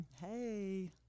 Hey